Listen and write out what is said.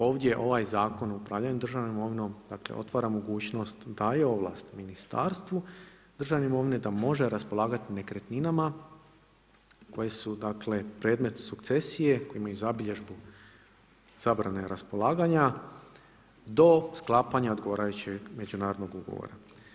Ovdje, ovaj Zakon o upravljanju državnom imovinom, dakle, otvara mogućnost, daje ovlast Ministarstvu državne imovine, da može raspolagati nekretninama, koje su dakle, predmet sukcesije, koje imaju zabilješku, zabrane raspolaganja, do sklapanja odgovarajućeg međunarodnog ugovora.